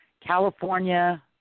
California